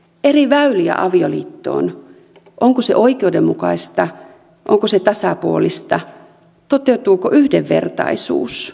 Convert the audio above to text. eri väyliä avioliittoon onko se oikeudenmukaista onko se tasapuolista toteutuuko yhdenvertaisuus